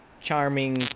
charming